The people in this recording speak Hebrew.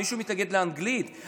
מישהו מתנגד לאנגלית?